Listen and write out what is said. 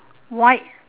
white